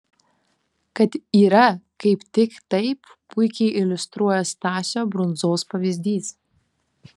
kad yra kaip tik taip puikiai iliustruoja stasio brundzos pavyzdys